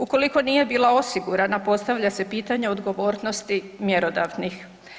Ukoliko nije bila osigurana postavlja se pitanje odgovornosti mjerodavnih.